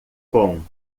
com